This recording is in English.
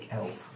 elf